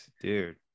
Dude